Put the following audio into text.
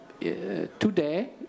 today